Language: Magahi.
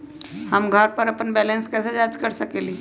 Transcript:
हम घर पर अपन बैलेंस कैसे जाँच कर सकेली?